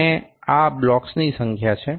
અને આ બ્લોક્સની સંખ્યા છે